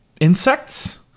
insects